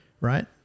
right